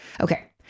Okay